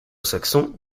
saxons